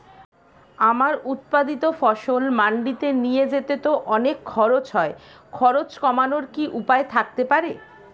আমার উৎপাদিত ফসল মান্ডিতে নিয়ে যেতে তো অনেক খরচ হয় খরচ কমানোর কি উপায় থাকতে পারে?